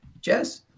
Jess